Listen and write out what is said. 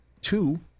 two